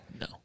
No